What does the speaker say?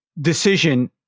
decision